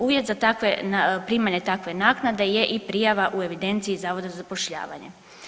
Uvjet za primanje takve naknade je i prijava u evidenciji Zavoda za zapošljavanje.